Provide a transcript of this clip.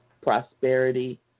Prosperity